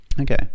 okay